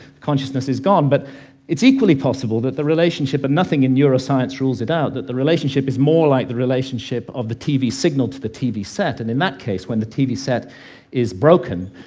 consciousness is gone. but it's equally possible that the relationship and nothing in neuroscience rules it out the relationship is more like the relationship of the tv signal to the tv set, and in that case, when the tv set is broken,